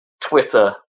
Twitter